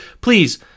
Please